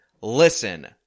listen